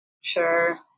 Sure